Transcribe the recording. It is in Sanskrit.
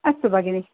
अस्तु भगिनि